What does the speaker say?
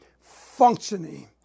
functioning